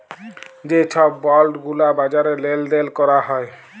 যে ছব বল্ড গুলা বাজারে লেল দেল ক্যরা হ্যয়